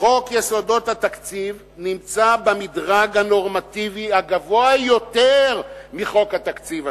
חוק יסודות התקציב נמצא במדרג הנורמטיבי הגבוה יותר מחוק התקציב השנתי,